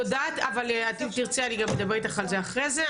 אם תרצי אני אדבר איתך על זה אחרי זה,